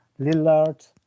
Lillard